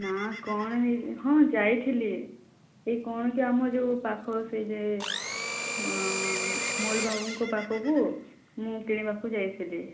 ନା କ'ଣ ହୋଇଛି ହଁ ଯାଇଥିଲି ଏହି କ'ଣ କି ଆମ ଯେଉଁ ପାଖ ସେହି ଯେ ମୋଲ ବାବୁଙ୍କ ପାଖକୁ ମୁଁ କିଣିବାକୁ ଯାଇଥିଲି